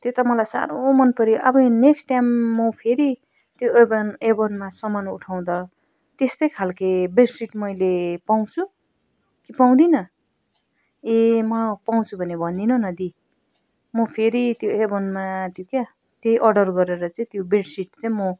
त्यही त मलाई साह्रो मनपऱ्यो अब नेक्स्ट टाइम म फेरि त्यो एभन एभनमा सामान उठाउँदा त्यस्तै खालके बेडसिट मैले पाउँछु कि पाउँदिनँ ए म पाउँछु भने भनिदिनु न दी म फेरि त्यो एभनमा त्यो क्या त्यही अर्डर गरेर चाहिँ त्यो बेडसिट चाहिँ म